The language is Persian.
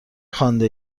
خوانده